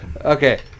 Okay